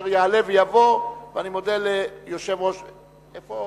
תודה רבה.